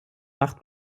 macht